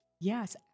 Yes